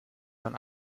von